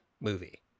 movie